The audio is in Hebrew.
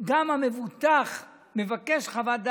גם המבוטח מבקש חוות דעת,